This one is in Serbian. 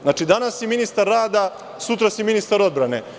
Znači, danas si ministar rada, sutra si ministar odbrane.